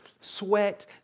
sweat